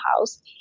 house